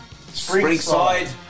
Springside